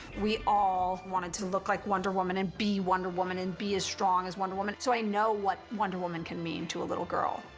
we all wanted to look like wonder woman, and be wonder woman, and be as strong as wonder woman. so i know what wonder woman can mean to a little girl.